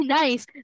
nice